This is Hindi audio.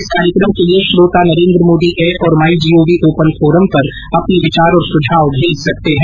इस कार्यक्रम के लिए श्रोता नरेन्द्र मोदी ऐप और my G O V open forum पर अपने विचार और सुझाव भेज सकते हैं